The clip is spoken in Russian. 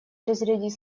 разрядить